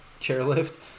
chairlift